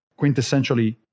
quintessentially